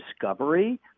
discovery